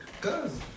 Cause